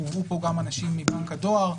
הובאו פה גם אנשים מבנק הדואר.